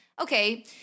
okay